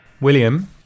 William